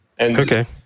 Okay